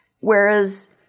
Whereas